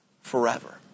forever